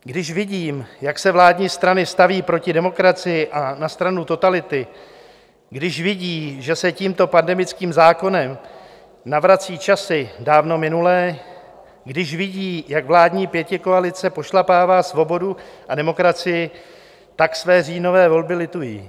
Když vidí, jak se vládní strany staví proti demokracii a na stranu totality, když vidí, že se tímto pandemickým zákonem navracejí časy dávno minulé, když vidí, jak vládní pětikoalice pošlapává svobodu a demokracii, tak své říjnové volby litují.